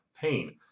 pain